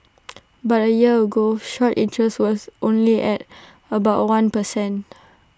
but A year ago short interest was only at about one per cent